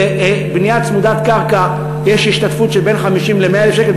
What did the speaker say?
בבנייה צמודת קרקע יש השתתפות של בין 50,000 שקל ל-100,000 שקל.